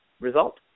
result